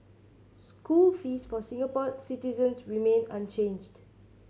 school fees for Singapore citizens remain unchanged